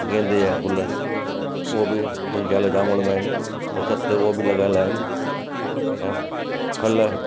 गेंदे जा गुल हूअ बि मुंहिंजी ज़ाल खे जाम वणंदा आहिनि त छित ते हूअ बि लॻल आहिनि ऐं फल